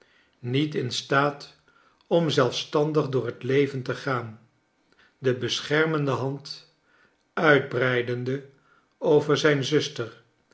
niet in staat om zelfstandig door het leven te gaan de bescherrnende hand uitbreidende over zijn zuster